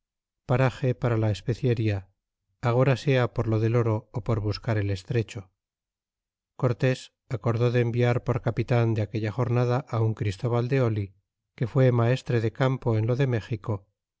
parage para la especería agora sea por lo del oro ó por buscar el estrecho cortés acordó de enviar por capitan de aquella jornada un christóbal de oh que fué maestte de campo en lo de méxico